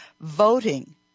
Voting